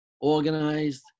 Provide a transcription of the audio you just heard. organized